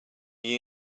you